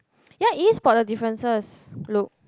ya it is spot the differences look